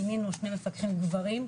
מינינו שני מפקחים גברים,